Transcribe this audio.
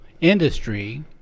industry